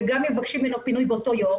וגם אם מבקשים ממנו פינוי באותו יום,